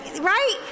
right